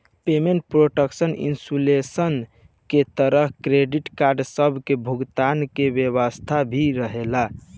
payment protection insurance के तहत credit card सब के भुगतान के व्यवस्था भी रहेला